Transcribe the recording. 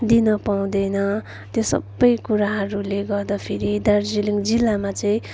दिन पाउँदैन त्यो सबै कुराहरूले गर्दा फेरि दार्जिलिङ जिल्लमा चाहिँ